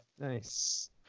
nice